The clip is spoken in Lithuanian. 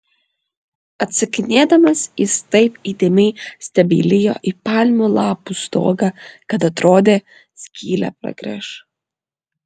atsakinėdamas jis taip įdėmiai stebeilijo į palmių lapų stogą kad atrodė skylę pragręš